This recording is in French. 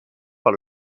par